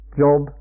job